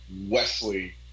Wesley